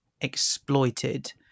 exploited